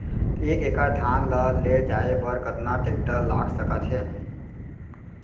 एक एकड़ धान ल ले जाये बर कतना टेकटर लाग सकत हे?